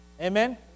Amen